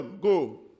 go